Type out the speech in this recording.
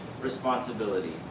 responsibility